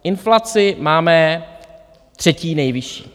Inflaci máme třetí nejvyšší.